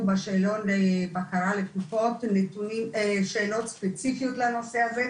בשאלון בקרה לתרופות שאלות ספציפיות לנושא הזה,